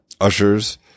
ushers